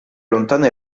lontana